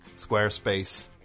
Squarespace